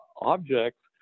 objects